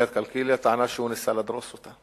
קלקיליה טענה שהוא ניסה לדרוס אותה.